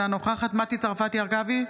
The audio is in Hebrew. אינה נוכחת מטי צרפתי הרכבי,